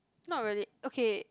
not really okay